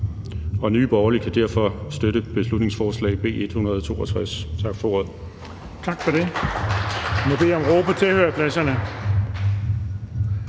og Nye Borgerlige kan derfor støtte beslutningsforslag B 162. Tak for ordet.